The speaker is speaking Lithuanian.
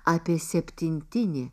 apie septintinį